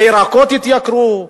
הירקות התייקרו,